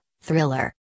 Thriller